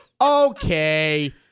Okay